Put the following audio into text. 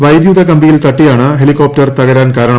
വൈദ്യുത കമ്പിയിൽ തട്ടിയതാണ് ഹെലികോപ്റ്റർ തകരാൻ കാരണം